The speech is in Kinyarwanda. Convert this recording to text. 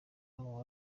abo